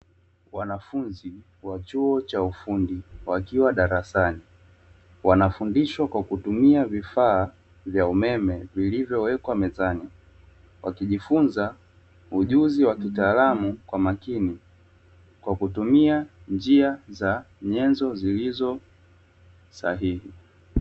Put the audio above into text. Wanafunzi wa chuo cha ufundi wakiwa darasani wanafundishwa kwa kutumia vifaa vya umeme vilivyowekwa mezani, wakijifunza ujuzi wa kitaalamu kwa makini kwa kutumia njia za nyenzo zilizo sahihi.